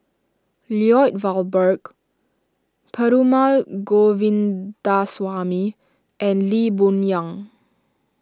Lloyd Valberg Perumal Govindaswamy and Lee Boon Yang